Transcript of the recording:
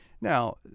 Now